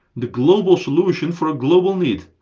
the global solution for a global need?